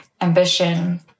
ambition